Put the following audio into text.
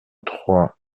trois